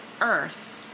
earth